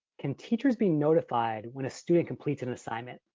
can teachers be notified when a student completes an assignment?